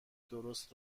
درست